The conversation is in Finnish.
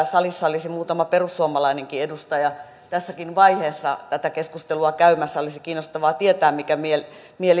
salissa olisi muutama perussuomalainenkin edustaja tässäkin vaiheessa tätä keskustelua käymässä olisi kiinnostavaa tietää mikä